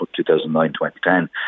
2009-2010